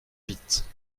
vite